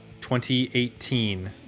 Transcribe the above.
2018